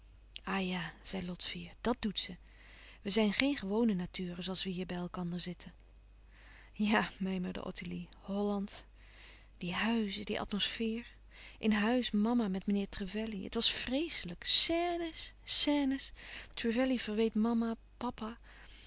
ja zei lot fier dat doet ze we zijn geen gewone naturen zoo als we hier bij elkander zitten ja mijmerde ottilie holland die huizen die atmosfeer in huis mama met meneer trevelley het was vreeslijk scènes scènes trevelley verweet mama papa